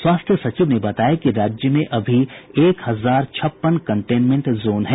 स्वास्थ्य सचिव ने बताया कि राज्य में अभी एक हजार छप्पन कंटेनमेंट जोन हैं